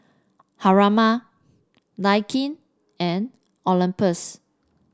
Haruma Naikin and Olympus